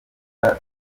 neza